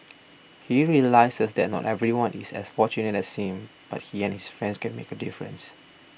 he realises that not everyone is as fortunate as seem but he and his friends can make a difference